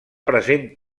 present